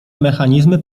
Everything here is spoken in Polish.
mechanizmy